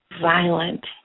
violent